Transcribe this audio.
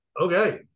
Okay